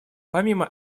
помимо